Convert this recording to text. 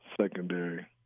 secondary